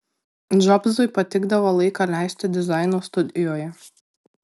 džobsui patikdavo laiką leisti dizaino studijoje